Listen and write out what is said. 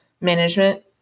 management